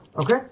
Okay